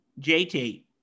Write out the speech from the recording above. JT